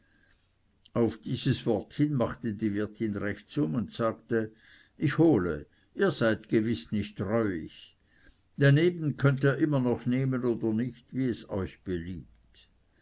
auf dieses wort hin machte die wirtin rechtsum und sagte ich hole ihr seid gewiß nicht reuig daneben könnt ihr immer noch nehmen oder nicht wie es euch beliebt